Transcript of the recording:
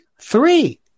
Three